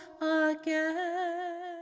again